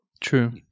True